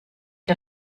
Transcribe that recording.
der